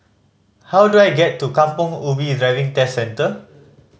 how do I get to Kampong Ubi Driving Test Centre